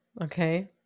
Okay